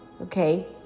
okay